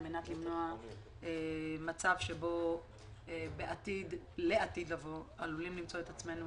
על מנת למנוע מצב שבו לעתיד לבוא אנחנו עלולים למצוא את עצמנו